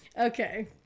Okay